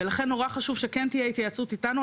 ולכן נורא חשוב שכן תהיה התייעצות איתנו.